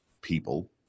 people